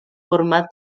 format